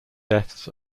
deaths